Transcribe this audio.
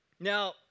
Now